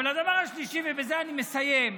אבל הדבר השלישי, ובזה אני מסיים,